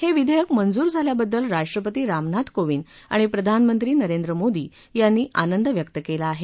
हे विधेयक मंजूर झाल्याबद्दल राष्ट्रपती रामनाथ कोविंद आणि प्रधानमंत्री नरेंद्र मोदी यांनी आनंद व्यक्त केला आहे